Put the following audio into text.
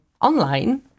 online